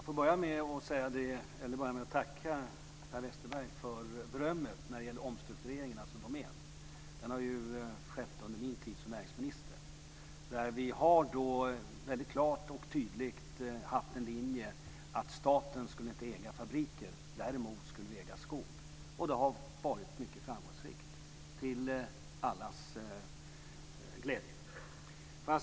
Fru talman! Jag vill börja med att tacka Per Westerberg för berömmet när det gäller omstruktureringen av Assi Domän. Den har skett under min tid som näringsminister där vi har väldigt klart och tydligt haft den linjen att staten inte skulle äga fabriker, däremot skog. Det har varit mycket framgångsrikt till allas glädje.